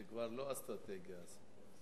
וזה כבר לא אסטרטגי הסיפור הזה.